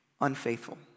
Unfaithful